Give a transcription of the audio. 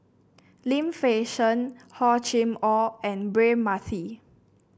Lim Fei Shen Hor Chim Or and Braema Mathi